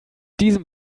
diesem